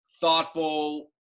thoughtful